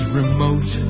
remote